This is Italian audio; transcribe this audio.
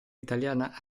italiana